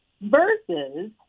versus